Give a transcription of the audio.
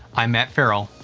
i'm matt ferrell.